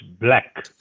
black